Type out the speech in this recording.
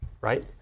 right